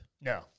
No